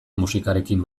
musikarekin